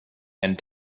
and